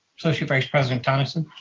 associate vice president tonneson?